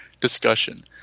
discussion